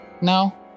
No